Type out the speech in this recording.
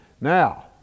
Now